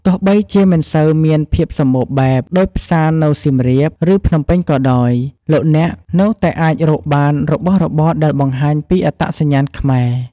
ទោះបីជាមិនសូវមានភាពសម្បូរបែបដូចផ្សារនៅសៀមរាប ឬភ្នំពេញក៏ដោយ លោកអ្នកនៅតែអាចរកបានរបស់របរដែលបង្ហាញពីអត្តសញ្ញាណខ្មែរ។